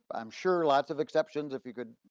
i'm sure lots of exceptions, if you could